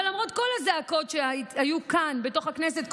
אבל למרות כל הזעקות שהיו כאן בתוך הכנסת,